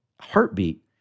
heartbeat